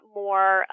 more